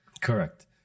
Correct